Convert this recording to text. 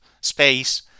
space